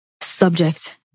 subject